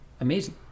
amazing